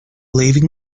leaving